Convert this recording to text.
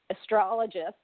astrologist